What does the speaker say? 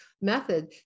method